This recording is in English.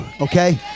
okay